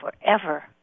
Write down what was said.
forever